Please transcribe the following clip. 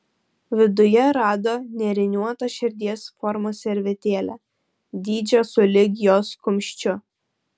viduje rado nėriniuotą širdies formos servetėlę dydžio sulig jos kumščiu